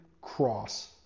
cross